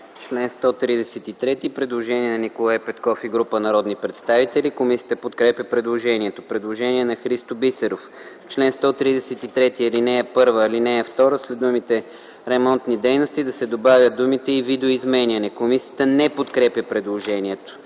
Член 133 – предложение на Николай Петков и група народни представители. Комисията подкрепя предложението. Предложение на Христо Бисеров – в чл. 133, ал. 1 и ал. 2 след думите „ремонтни дейности” да се добавят думите „и видоизменяне”. Комисията не подкрепя предложението.